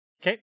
Okay